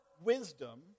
wisdom